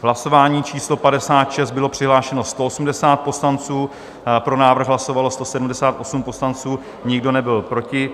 V hlasování číslo 56 bylo přihlášeno 180 poslanců, pro návrh hlasovalo 178 poslanců, nikdo nebyl proti.